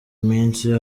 minsi